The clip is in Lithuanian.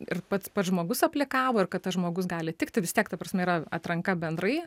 ir pats pats žmogus aplikavo ir kad tas žmogus gali tikti vis tiek ta prasme yra atranka bendrai